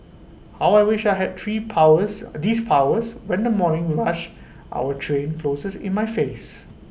how I wish I had tree powers these powers when the morning rush our train closes in my face